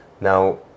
Now